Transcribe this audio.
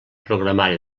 programari